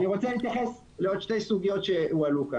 אני רוצה להתייחס לעוד שתי סוגיות שהועלו כאן.